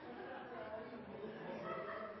enn det har